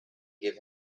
give